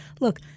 Look